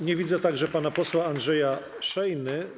Nie widzę także pana posła Andrzeja Szejny.